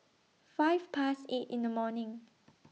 five Past eight in The morning